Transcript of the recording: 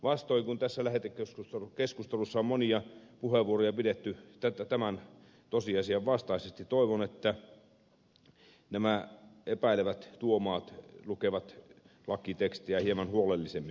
päinvastoin kuin tässä lähetekeskustelussa on monia puheenvuoroja pidetty tämän tosiasian vastaisesti toivon että nämä epäilevät tuomaat lukevat lakitekstiä hieman huolellisemmin